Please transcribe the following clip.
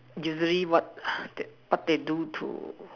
usually what what they do to